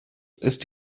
ist